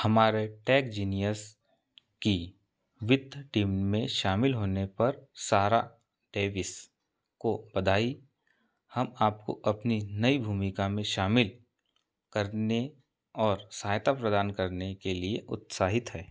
हमारे टेकजीनियस की वित्त टीम में शामिल होने पर सारा डेविस को बधाई हम आपको अपनी नई भूमिका में शामिल करने और सहायता प्रदान करने के लिए उत्साहित हैं